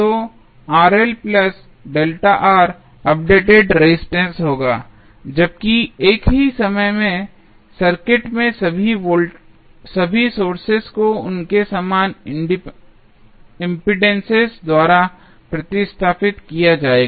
तो updated resistance होगा जबकि एक ही समय में सर्किट में सभी सोर्सेज को उनके समान इम्पीडेन्सेस द्वारा प्रतिस्थापित किया जाएगा